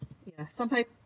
ya sometimes